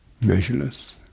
Measureless